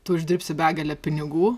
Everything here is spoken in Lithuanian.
tu uždirbsi begalę pinigų